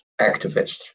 activists